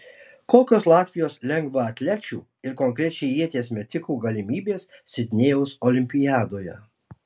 kokios latvijos lengvaatlečių ir konkrečiai ieties metikų galimybės sidnėjaus olimpiadoje